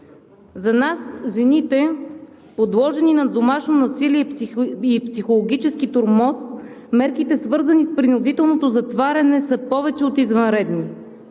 „За нас жените, подложени на домашно насилие и психологически тормоз, мерките, свързани с принудителното затваряне, са повече от извънредни.